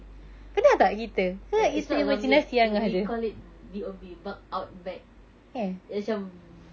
ya it's not zombie ah we call it B_O_B bunk out bag dia macam